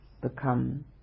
become